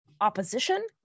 opposition